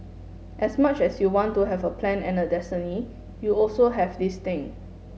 as much as you want to have a plan and a destiny you also have this thing